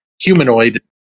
humanoid